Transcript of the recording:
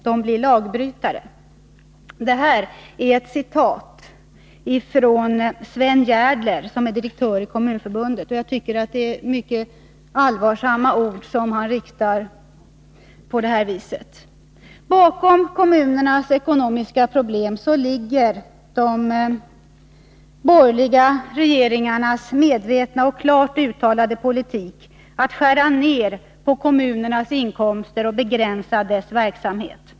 De blir lagbrytare.” Så säger Sven Järdler, som till helt nyligen var direktör i Kommunförbundet. Jag tycker att det är mycket allvarsamma ord. Bakom kommunernas ekonomiska problem ligger de borgerliga regeringarnas medvetna och klart uttalade politik att skära ner på kommunernas inkomster och begränsa deras verksamhet.